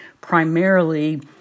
primarily